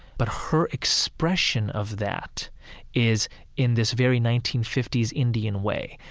but her expression of that is in this very nineteen fifty s indian way.